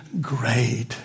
great